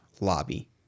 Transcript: lobby